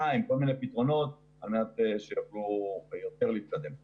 ועם כל מיני פתרונות על מנת שיוכלו להתקדם יותר.